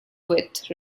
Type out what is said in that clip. with